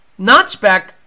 notchback